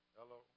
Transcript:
Hello